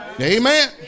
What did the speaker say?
Amen